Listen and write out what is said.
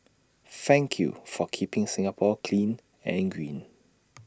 thank you for keeping Singapore clean and green